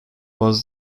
was